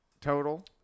total